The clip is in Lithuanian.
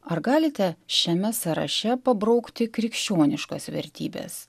ar galite šiame sąraše pabraukti krikščioniškas vertybes